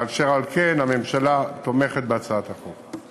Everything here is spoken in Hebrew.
ואשר על כן, הממשלה תומכת בהצעת החוק.